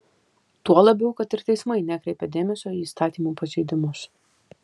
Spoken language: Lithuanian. tuo labiau kad ir teismai nekreipia dėmesio į įstatymų pažeidimus